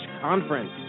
conference